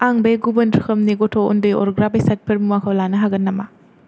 आं बे गुबुन रोखोमनि गथ' उन्दै अरग्रा बेसादफोर मुवाखौ लानो हागोन नामा